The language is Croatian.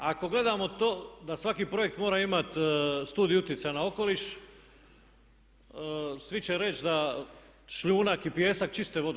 Ako gledamo to da svaki projekt mora imati studiju utjecaja na okoliš, svi će reći da šljunak i pijesak čiste vodu.